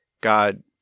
God